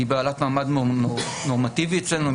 היא בעלת מעמד נורמטיבי אצלנו.